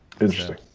Interesting